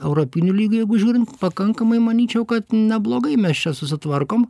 europiniu lygiu jeigu žiūrint pakankamai manyčiau kad neblogai mes čia susitvarkome